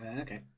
Okay